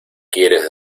quieres